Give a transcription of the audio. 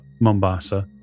Mombasa